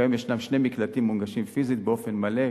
כיום ישנם שני מקלטים מונגשים פיזית באופן מלא,